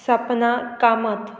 Sapna Kamat